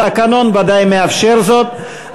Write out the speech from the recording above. התקנון ודאי מאפשר זאת,